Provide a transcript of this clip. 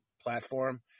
platform